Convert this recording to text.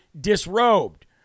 disrobed